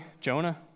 Jonah